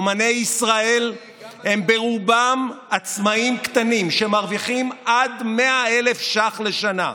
אומני ישראל הם ברובם עצמאים קטנים שמרוויחים עד 100,000 שקלים לשנה,